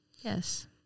Yes